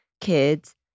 kids